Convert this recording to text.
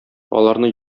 аларны